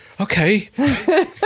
okay